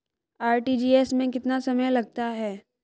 RTGS में कितना समय लगता है?